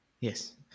Yes